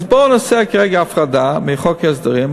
אז בוא נעשה כרגע הפרדה מחוק ההסדרים,